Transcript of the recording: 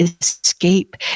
escape